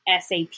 SAP